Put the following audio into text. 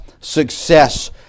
success